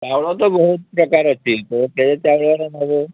ଚାଉଳ ତ ବହୁତ ପ୍ରକାର ଅଛି ତୁ କେଉଁ ଚାଉଳର ନବୁ